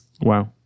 Wow